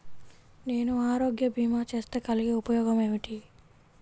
నేను ఆరోగ్య భీమా చేస్తే కలిగే ఉపయోగమేమిటీ?